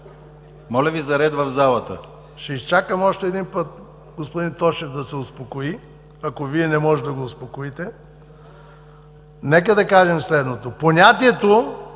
Моля Ви за ред в залата! СЛАВЧО ВЕЛКОВ: Ще изчакам още един път господин Тошев да се успокои, ако Вие не можете да го успокоите. Нека да кажем следното: понятията